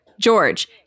George